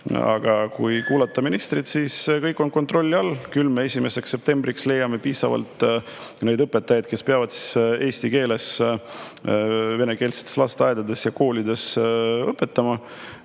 Aga kui kuulata ministrit, siis kõik on kontrolli all. Küll me 1. septembriks leiame piisavalt õpetajaid, kes peavad eesti keeles venekeelsetes lasteaedades ja koolides õpetama.